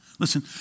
Listen